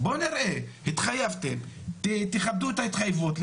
בוא נראה, התחייבתם, תכבדו את ההתחייבות לבג"צ.